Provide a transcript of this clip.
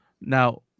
Now